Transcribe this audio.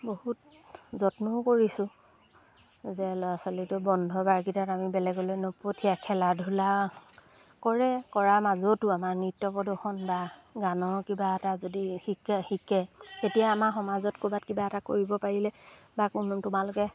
বহুত যত্নও কৰিছোঁ যে ল'ৰা ছোৱালীটো বন্ধ বাৰকেইটাত আমি বেলেগলৈ নপঠিয়াই খেলা ধূলা কৰে কৰাৰ মাজতো আমাৰ নৃত্য প্ৰদৰ্শন বা গানৰ কিবা এটা যদি শিকে শিকে তেতিয়া আমাৰ সমাজত ক'ৰবাত কিবা এটা কৰিব পাৰিলে বা কোনো তোমালোকে